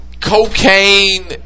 cocaine